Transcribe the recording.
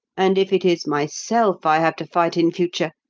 and if it is myself i have to fight in future,